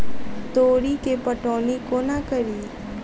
तोरी केँ पटौनी कोना कड़ी?